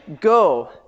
Go